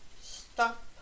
stop